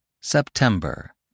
September